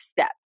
step